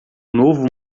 novo